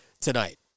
tonight